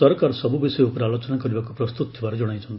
ସରକାର ସବୁ ବିଷୟ ଉପରେ ଆଲୋଚନା କରିବାକୁ ପ୍ରସ୍ତୁତ ଥିବାର ଜଣାଇଛନ୍ତି